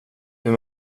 hur